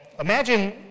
imagine